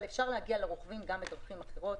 אבל אפשר להגיע לרוכבים גם בדרכים אחרות,